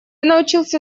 научился